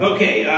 Okay